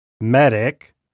medic